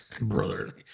Brother